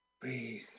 Breathe